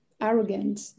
arrogant